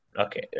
Okay